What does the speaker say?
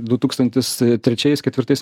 du tūkstantis trečiais ketvirtais